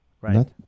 Right